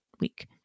week